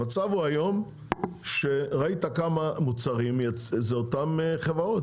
המצב הוא היום שראית כמה מוצרים זה אותן חברות,